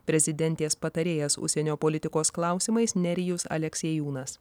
prezidentės patarėjas užsienio politikos klausimais nerijus aleksiejūnas